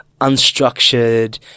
unstructured